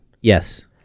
Yes